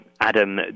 Adam